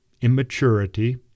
immaturity